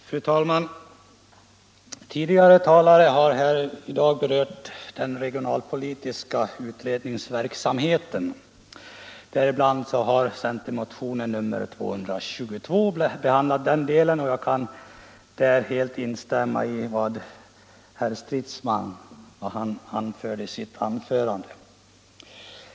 Fru talman! Tidigare talare har berört den regionalpolitiska utredningsverksamheten. Därvid har bl.a. centermotionen nr 222 behandlats, och jag kan helt instämma i vad herr Stridsman anförde.